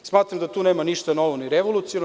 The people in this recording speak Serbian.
Smatram da tu nema ništa novo ni revolucionarno.